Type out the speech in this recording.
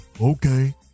Okay